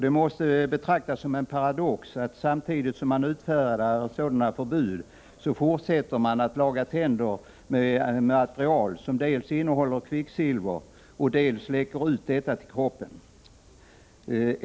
Det måste betraktas som en paradox att man, samtidigt som man utfärdar sådana förbud, fortsätter att laga tänder med material som dels innehåller kvicksilver, dels läcker ut detta till kroppen.